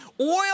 Oil